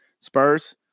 Spurs